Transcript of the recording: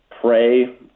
Pray